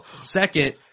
Second